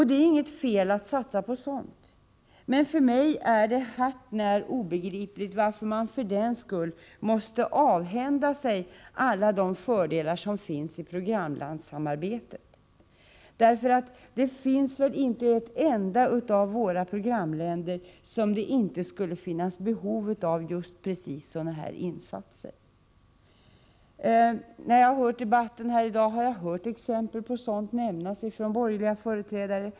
Det är inget fel på att satsa på sådant, men för mig är det hart när obegripligt varför man för den skull måste avhända sig alla de fördelar som finns i programlandssamarbetet. Det finns väl inte ett enda ett av våra programländer där vi inte skulle ha behov av just sådana insatser. I debatten i dag har jag hört exempel på sådana nämnas av de borgerliga företrädarna.